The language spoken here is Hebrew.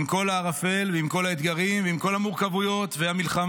עם כל הערפל ועם כל האתגרים ועם כל המורכבויות והמלחמה,